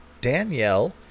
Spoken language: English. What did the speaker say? Danielle